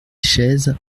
chaises